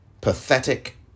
pathetic